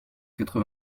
quatre